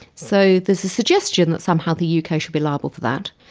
so there's a suggestion that somehow the yeah uk should be liable for that.